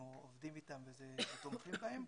ותומכים בהם.